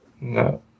No